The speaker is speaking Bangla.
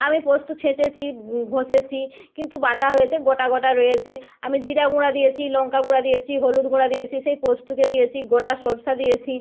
আমি পোস্ত ছেঁচেছি ঘষেছি কিন্তু বাটা হয়েছে গোটা গোটা রয়েছে আমি জিরা গুঁড়া দিয়েছি লংকা গুঁড়া দিয়েছি হলুদ গুঁড়া দিয়েছি সেই পোস্তকে দিয়েছি গোটা সরষে দিয়েছি